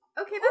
Okay